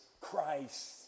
Christ